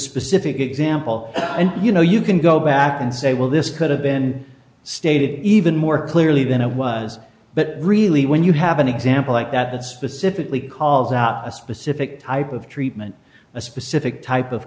specific example and you know you can go back and say well this could have been stated even more clearly than it was but really when you have an example like that it specifically calls out a specific type of treatment a specific type of